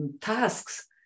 tasks